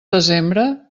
desembre